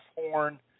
horn